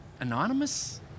anonymous